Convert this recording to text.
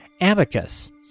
Amicus